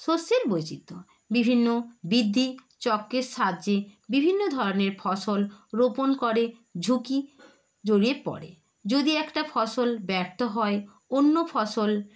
শস্যের বৈচিত্র বিভিন্ন বৃদ্ধি চক্রের সাহায্যে বিভিন্ন ধরনের ফসল রোপণ করে ঝুঁকি জড়িয়ে পড়ে যদি একটা ফসল ব্যর্থ হয় অন্য ফসল